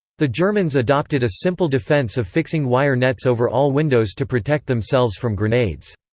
the germans adopted a simple defense of fixing wire nets over all windows to protect themselves from grenades.